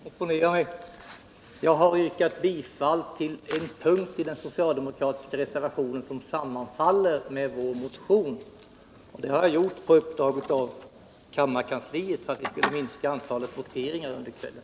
Herr talman! Det är beklagligt men jag måste opponera mig. Jag har yrkat bifall till en punkt i den socialdemokratiska reservationen som sammanfaller med vår motion. Det har jag gjort på uppdrag av kammarkansliet för att minska antalet voteringar under kvällen.